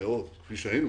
מאוד כפי שהיינו,